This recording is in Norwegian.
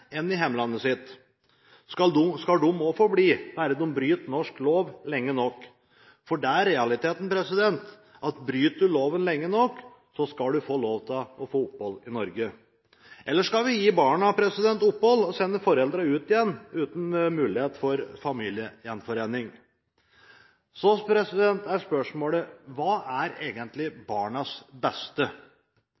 enn i hjemlandet sitt? Skal de også få bli, bare de bryter norsk lov lenge nok? For det er realiteten: Bryter du loven lenge nok, skal du få lov til å få opphold i Norge. Eller skal vi gi barna opphold og sende foreldrene ut igjen, uten mulighet for familiegjenforening? Så er spørsmålet: Hva er egentlig